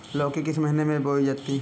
लौकी किस महीने में बोई जाती है?